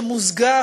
שמוזגה,